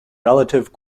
relative